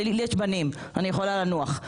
לי יש בנים, אני יכולה לנוח.